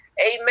Amen